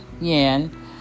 yen